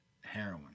heroin